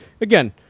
again